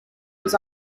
was